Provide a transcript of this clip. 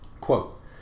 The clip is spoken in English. Quote